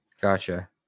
Gotcha